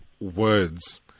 words